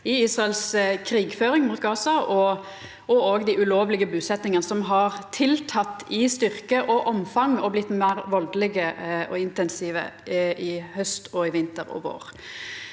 i Israels krigføring mot Gaza og i dei ulovlege busetjingane, som har auka i styrke og omfang og blitt meir valdelege og intensive i haust, vinter og vår.